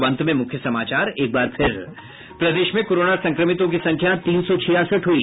और अब अंत में मुख्य समाचार प्रदेश में कोरोना संक्रमितों की संख्या तीन सौ छियासठ हुई